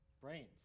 brains